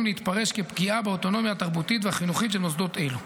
להתפרש כפגיעה באוטונומיה התרבותית והחינוכית של מוסדות אלו.